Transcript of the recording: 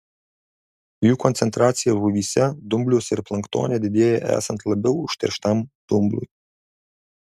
jų koncentracija žuvyse dumbliuose ir planktone didėja esant labiau užterštam dumblui